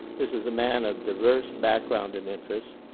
this is a man of diverse background and interest.